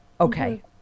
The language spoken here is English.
Okay